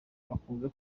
bakunze